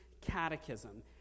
Catechism